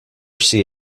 see